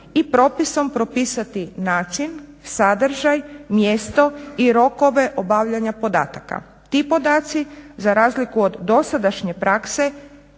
i propisom propisati način, sadržaj, mjesto i rokove obavljanja podataka. Ti podaci za razliku od dosadašnje prakse